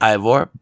Ivor